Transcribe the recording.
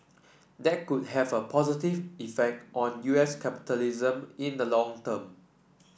that could have a positive effect on U S capitalism in the long term